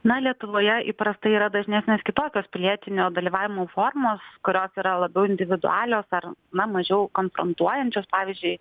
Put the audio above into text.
na lietuvoje įprastai yra dažnesnės kitokios pilietinio dalyvavimo formos kurios yra labiau individualios ar na mažiau konfrontuojančios pavyzdžiui